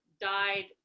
died